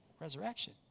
Resurrection